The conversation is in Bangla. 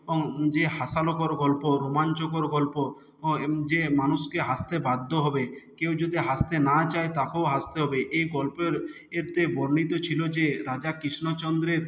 ও যে হাস্যকর গল্প রোমাঞ্চকর গল্প ও এমন যে মানুষকে হাসতে বাধ্য হবে কেউ যদি হাসতে না চায় তাকেও হাসতে হবে এই গল্পের এতে বর্ণিত ছিলো যে রাজা কৃষ্ণচন্দ্রের